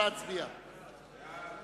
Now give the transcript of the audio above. הודעת